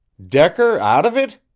decker out of it!